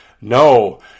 No